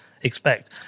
expect